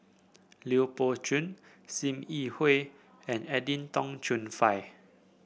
Lui Pao Chuen Sim Yi Hui and Edwin Tong Chun Fai